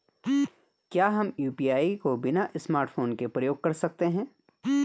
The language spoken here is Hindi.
क्या हम यु.पी.आई को बिना स्मार्टफ़ोन के प्रयोग कर सकते हैं?